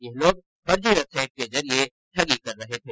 यह लोग फर्जी वेबसाइट के जरिए ठगी कर रहे थे